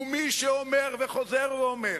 ומי שאומר וחוזר ואומר,